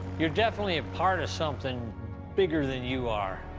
you're definitely a part of something bigger than you are.